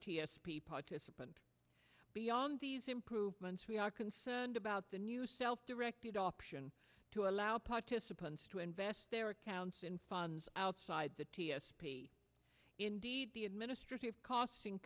p participant beyond these improvements we are concerned about the new self directed option to allow participants to invest their accounts in funds outside the t s p indeed the administrative cost